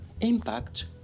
impact